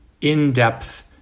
in-depth